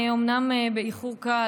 אומנם באיחור קל,